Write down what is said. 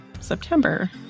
September